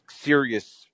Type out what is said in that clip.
serious